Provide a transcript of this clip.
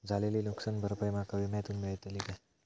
झालेली नुकसान भरपाई माका विम्यातून मेळतली काय?